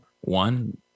One